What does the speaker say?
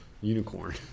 unicorn